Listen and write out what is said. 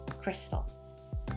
crystal